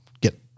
get